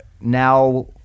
now